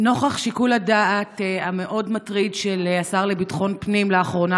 נוכח שיקול הדעת המאוד-מטריד של השר לביטחון פנים לאחרונה,